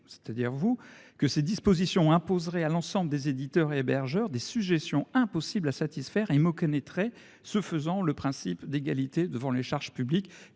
ils soutiennent que ces dispositions imposeraient à l’ensemble des éditeurs et hébergeurs des sujétions impossibles à satisfaire et méconnaîtraient, ce faisant, le principe d’égalité devant les charges publiques.